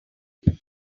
when